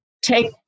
take